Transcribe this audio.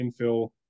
infill